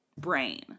Brain